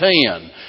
ten